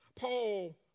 Paul